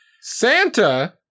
Santa